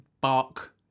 bark